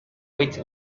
with